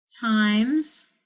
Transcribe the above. times